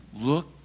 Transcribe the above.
look